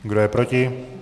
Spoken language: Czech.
Kdo je proti?